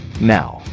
now